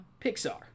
Pixar